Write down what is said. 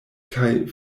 kaj